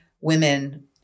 women